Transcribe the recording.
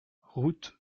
route